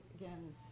again